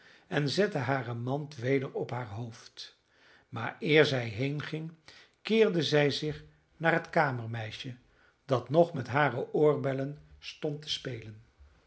en zette hare mand weder op haar hoofd maar eer zij heenging keerde zij zich naar het kamermeisje dat nog met hare oorbellen stond te spelen